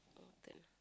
your turn